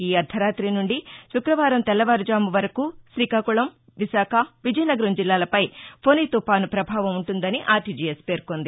ఈ అర్హరాతి నుండి శుక్రవారం తెల్లవారుజాము వరకు శ్రీకాకుళం విశాఖ విజయనగరం జిల్లాలపై ఫొని తుఫాను ప్రభావం ఉంటుందని ఆర్టీజీఎస్ పేర్చొంది